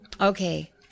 Okay